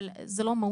אבל זה לא מהות